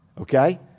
Okay